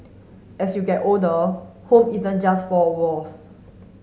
as you get older home isn't just four walls